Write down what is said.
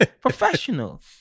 professional